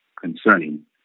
concerning